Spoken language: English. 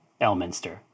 Elminster